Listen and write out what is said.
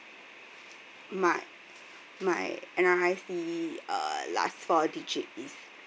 my my N_R_I_C uh last four digit is